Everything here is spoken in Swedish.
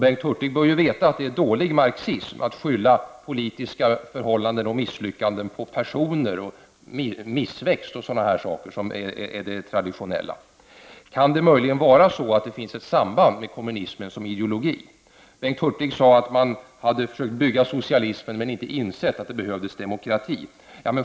Bengt Hurtig bör ju veta att det är dålig marxism att skylla politiska förhållanden och misslyckanden på personer, missväxt och sådana saker som är de traditionella. Kan det möjligen vara så att det här finns ett samband med kommunismen som ideologi? Bengt Hurtig sade att man hade försökt bygga socialism, men inte insett att det behövdes demokrati.